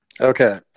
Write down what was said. Okay